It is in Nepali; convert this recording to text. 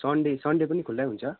सन्डे सन्डे पनि खुल्लै हुन्छ